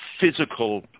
physical